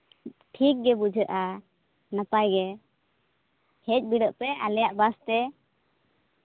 ᱴᱷᱤᱠ ᱜᱮ ᱵᱩᱡᱷᱟᱹᱜᱼᱟ ᱱᱟᱯᱟᱭᱜᱮ ᱦᱮᱡ ᱵᱤᱰᱟᱹᱜ ᱯᱮ ᱟᱞᱮᱭᱟᱜ ᱵᱟᱥᱛᱮ